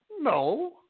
No